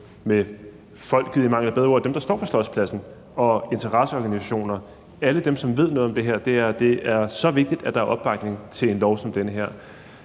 med folket, i mangel af et bedre ord. Dem, der står på Slotspladsen, og interesseorganisationerne, alle dem, som ved noget om det her. Det er så vigtigt, at der er opbakning til en lov som den her.